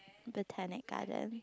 Botanic-Gardens